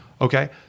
Okay